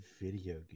video